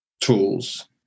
tools